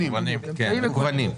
"אמצעים מקוונים".